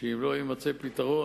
שאם לא יימצא פתרון,